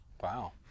Wow